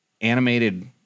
animated –